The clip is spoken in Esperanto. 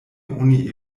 oni